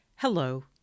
Hello